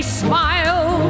smile